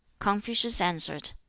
confucius answered,